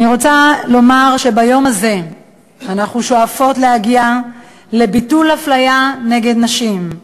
אני רוצה לומר שביום הזה אנחנו שואפות להגיע לביטול אפליה נגד נשים,